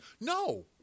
No